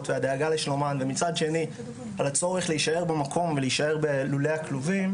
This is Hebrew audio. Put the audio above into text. ושלומן ומצד שני על הצורך להישאר במקום ובולי הכלובים,